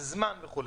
זמן וכו'.